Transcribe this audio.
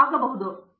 professor V